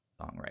Songwriter